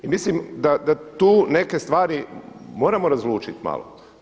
I mislim da tu neke stvari moramo razlučiti malo.